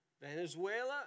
Venezuela